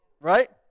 right